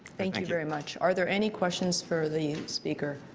thank thank you very much. are there any questions for the speaker?